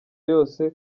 yose